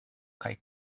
kaj